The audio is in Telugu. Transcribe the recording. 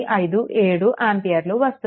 857 ఆంపియర్లు వస్తుంది